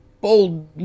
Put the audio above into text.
Bold